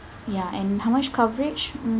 ya and how much coverage mm